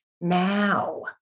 now